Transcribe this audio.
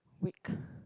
week